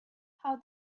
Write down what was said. how